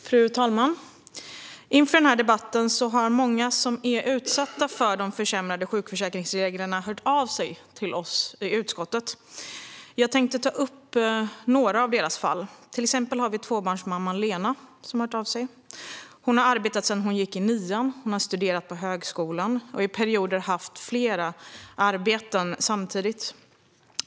Fru talman! Inför denna debatt har många som är utsatta för de försämrade sjukförsäkringsreglerna hört av sig till oss i utskottet. Jag tänkte ta upp några av dessa fall. Vi har till exempel tvåbarnsmamman Lena, som har hört av sig. Hon har arbetat sedan hon gick i nian, studerat på högskolan och i perioder haft flera arbeten samtidigt.